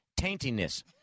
taintiness